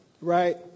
Right